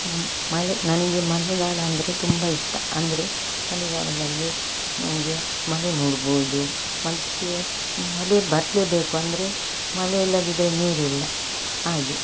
ನಮ್ಮ ಮಳೆ ನನಗೆ ಮಳೆಗಾಲ ಅಂದರೆ ತುಂಬ ಇಷ್ಟ ಅಂದರೆ ಮಳೆಗಾಲದಲ್ಲಿ ನನಗೆ ಮಳೆ ನೋಡ್ಬೋದು ಮತ್ತೆ ಮಳೆ ಬರಲೇಬೇಕು ಅಂದರೆ ಮಳೆ ಇಲ್ಲದಿದ್ದರೆ ನೀರಿಲ್ಲ ಹಾಗೆ